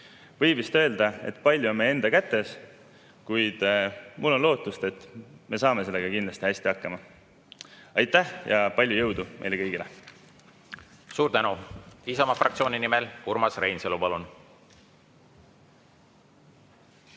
Võib vist öelda, et palju on meie enda kätes. Kuid mul on lootust, et me saame sellega kindlasti hästi hakkama. Aitäh ja palju jõudu meile kõigile! Suur tänu! Isamaa fraktsiooni nimel Urmas Reinsalu, palun!